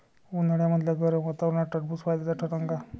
उन्हाळ्यामदल्या गरम वातावरनात टरबुज फायद्याचं ठरन का?